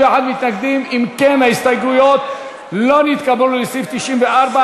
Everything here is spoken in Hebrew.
ההסתייגויות לסעיף 94,